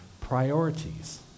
priorities